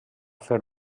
fer